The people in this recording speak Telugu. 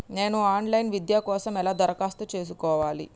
నేను ఆన్ లైన్ విద్య కోసం ఎలా దరఖాస్తు చేసుకోవాలి?